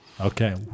okay